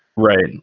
Right